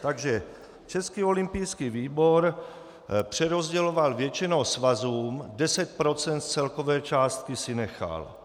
Takže Český olympijský výbor přerozděloval většinou svazům, 10 % z celkové částky si nechal.